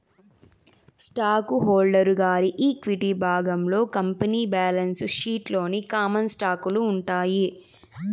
stock holder గారి equity విభాగంలో company balance sheet లోని కామన్ స్టాకులు ఉంటాయి